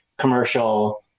commercial